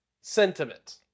sentiment